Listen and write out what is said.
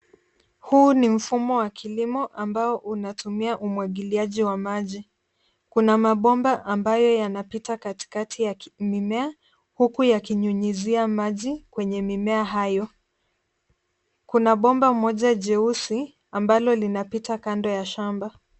Huu ni mfumo wa kilimo ambao unatumia umwagiliaji wa maji. Kuna mabomba ambayo yanapita katikati ya mimea huku yakinyunyizia maji kwenye mimea hayo. Kuna bomba moja jeusi ambalo linapita kando ya shamba.